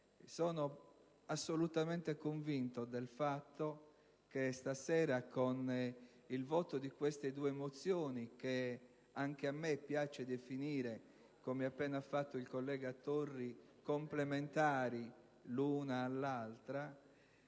Sono assolutamente convinto del fatto che stasera, con il voto di queste due mozioni, che anche a me piace definire, come ha appena fatto il collega Torri, complementari l'una all'altra,